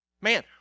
Man